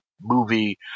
movie